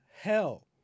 hell